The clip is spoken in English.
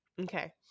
okay